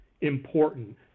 important